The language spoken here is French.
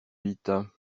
vite